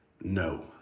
No